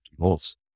goals